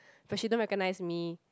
but she don't recognise me